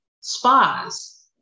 Spas